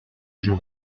jeu